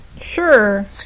Sure